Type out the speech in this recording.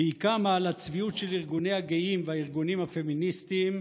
והיא קמה על הצביעות של ארגוני הגאים והארגונים הפמיניסטיים,